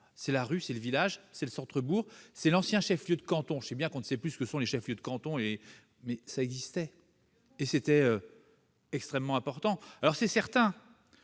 c'est la rue, le village, c'est le centre-bourg, c'est l'ancien chef-lieu de canton- bien qu'on ne sache plus très bien ce que sont les chefs-lieux de canton, mais ça existait et c'était extrêmement important. Alors, c'est certain